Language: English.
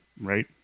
right